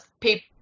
people